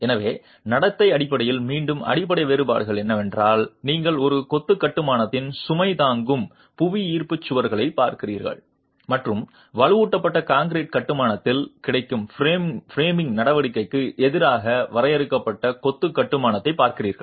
எனவே நடத்தை அடிப்படையில் மீண்டும் அடிப்படை வேறுபாடு என்னவென்றால் நீங்கள் ஒரு கொத்து கட்டுமானத்தில் சுமை தாங்கும் புவியீர்ப்பு சுவர்களைப் பார்க்கிறீர்கள் மற்றும் வலுவூட்டப்பட்ட கான்கிரீட் கட்டுமானத்தில் கிடைக்கும் ஃப்ரேமிங் நடவடிக்கைக்கு எதிராக வரையறுக்கப்பட்ட கொத்து கட்டுமானத்தைப் பார்க்கிறீர்கள்